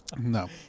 No